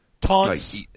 taunts